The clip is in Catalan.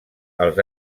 als